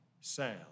sound